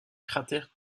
cratère